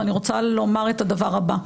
ואני רוצה לומר את הדבר הבא.